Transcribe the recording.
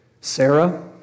Sarah